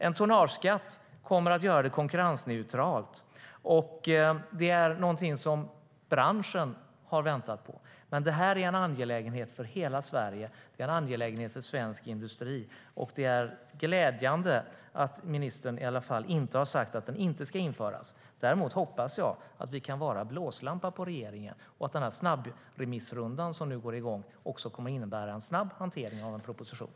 En tonnageskatt kommer att göra det konkurrensneutralt, och det är något som branschen har väntat på. Men det är en angelägenhet för hela Sverige och för svensk industri. Det är glädjande att ministern i alla fall inte har sagt att den inte ska införas. Jag hoppas att vi kan vara en blåslampa på regeringen och att snabbremissrundan som nu går igång också kommer att innebära en snabb hantering av en proposition.